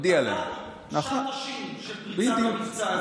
של פריצה למבצע הזה.